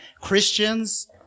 Christians